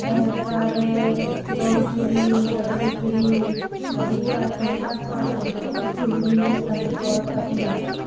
ᱦᱮᱸ ᱚᱠᱟᱨᱮ ᱫᱚᱝ ᱥᱮᱨᱮᱧ ᱞᱟᱜᱽᱲᱮ ᱥᱮᱨᱮᱧ ᱟᱵᱚᱣᱟᱜ ᱥᱟᱱᱛᱟᱲ ᱠᱚᱣᱟᱜ ᱫᱚ ᱡᱚᱛᱚ ᱜᱮᱠᱚ ᱦᱤᱲᱤᱧᱮᱫ ᱠᱟᱱ ᱛᱟᱠᱳᱣᱟ ᱛᱟᱵᱳᱱᱟ